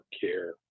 care